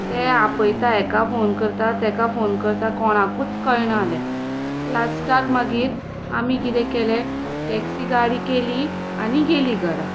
ते आपयता हाका फोन करता ताका फोन करता कोणाकूच कळना जालें लास्टाक मागीर आमी कितें केलें टॅक्सी गाडी केली आनी गेलीं घरा